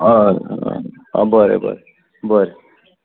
हय हय आं बरें बरें बरें